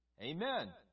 Amen